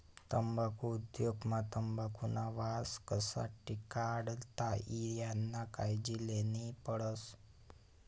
तम्बाखु उद्योग मा तंबाखुना वास कशा टिकाडता ई यानी कायजी लेन्ही पडस